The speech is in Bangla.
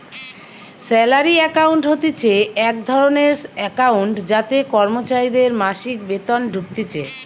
স্যালারি একাউন্ট হতিছে এক ধরণের একাউন্ট যাতে কর্মচারীদের মাসিক বেতন ঢুকতিছে